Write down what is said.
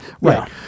right